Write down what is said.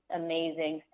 amazing